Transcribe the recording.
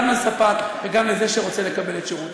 גם לספק וגם לזה שרוצה לקבל את שירותיו,